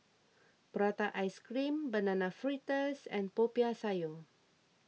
Prata Ice Cream Banana Fritters and Popiah Sayur